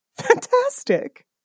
fantastic